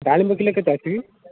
ଡାଳିମ୍ବ କିଲୋ କେତେ ଅଛି